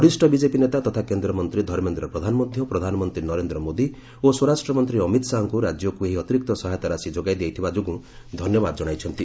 ବରିଷ୍ଠ ବିଜେପି ନେତା ତଥା କେନ୍ଦ୍ରମନ୍ତ୍ରୀ ଧର୍ମେନ୍ଦ୍ର ପ୍ରଧାନ ମଧ୍ୟ ପ୍ରଧାନମନ୍ତ୍ରୀ ନରେନ୍ଦ୍ର ମୋଦି ଓ ସ୍ୱରାଷ୍ଟ୍ରମନ୍ତ୍ରୀ ଅମିତ ଶାହାଙ୍କୁ ରାଜ୍ୟକୁ ଏହି ଅତିରିକ୍ତ ସହାୟତା ରାଶି ଯୋଗାଇଦେଇଥିବା ଯୋଗୁଁ ଧନ୍ୟବାଦ ଜଣାଇଛନ୍ତି